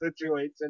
situation